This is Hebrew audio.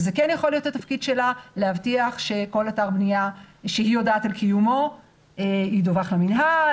התפקיד שלה יכול להבטיח שכל אתר בנייה שהיא יודעת על קיומו ידווח למינהל,